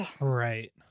Right